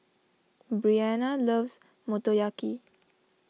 Breanna loves Motoyaki